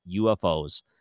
UFOs